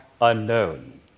unknown